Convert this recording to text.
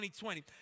2020